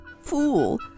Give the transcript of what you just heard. fool